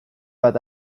bat